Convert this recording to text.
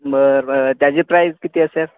बरं बरं त्याची प्राईज किती असेल